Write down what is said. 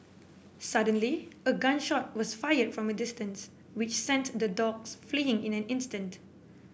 suddenly a gun shot was fired from a distance which sent the dogs fleeing in an instant